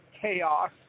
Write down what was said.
chaos